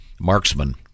marksman